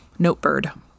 Notebird